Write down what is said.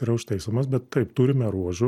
yra užtaisomos bet taip turime ruožų